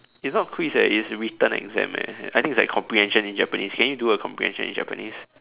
it's not quiz eh it's written exam eh I think it's like comprehension in Japanese can you do a comprehension in Japanese